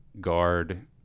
guard